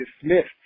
dismissed